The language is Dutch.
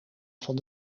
van